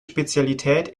spezialität